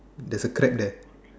there's a crab there